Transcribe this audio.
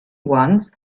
ones